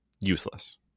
Useless